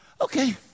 Okay